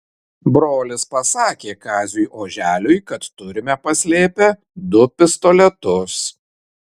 brolis pasakė kaziui oželiui kad turime paslėpę du pistoletus